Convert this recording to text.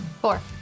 four